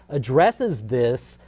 addresses this,